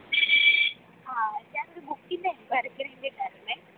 ആ ഞാൻ ഒരു ബുക്കിൻ്റെ എൻക്വറിക്ക് വേണ്ടിയിട്ടായിരുന്നേ